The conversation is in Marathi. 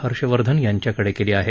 हर्ष वर्धन यांच्याकडे केली आहे